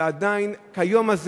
ועדיין כיום הזה